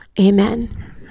amen